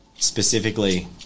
Specifically